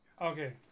Okay